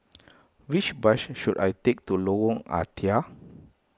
which bus should I take to Lorong Ah Thia